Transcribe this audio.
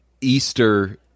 Easter